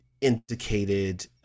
indicated